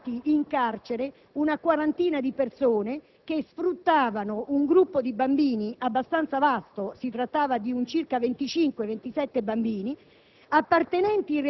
sono state incarcerate circa quaranta persone che sfruttavano un gruppo di bambini abbastanza vasto. Si trattava di circa 25-27 bambini